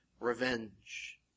revenge